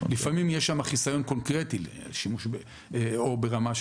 לפעמים יש שם חיסיון קונקרטי לשימוש או ברמה של